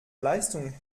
leistung